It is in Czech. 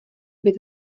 být